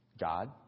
God